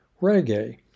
Reggae